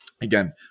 again